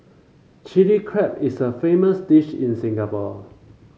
Chilli Crab is a famous dish in Singapore